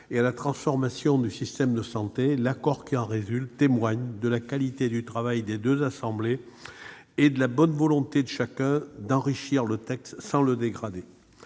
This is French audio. et à la transformation du système de santé. L'accord qui en résulte témoigne de la qualité du travail des deux assemblées et de la bonne volonté de chacun d'enrichir le texte sans le dégrader.